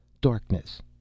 Darkness